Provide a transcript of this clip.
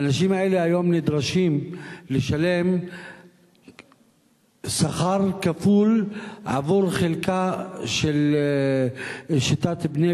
האנשים האלה היום נדרשים לשלם סכום כפול עבור חלקה בשיטת "בנה